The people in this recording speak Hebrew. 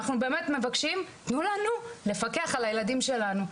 אנחנו באמת מבקשים: תנו לנו לפקח על הילדים שלנו.